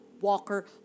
Walker